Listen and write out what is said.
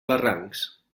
barrancs